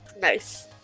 Nice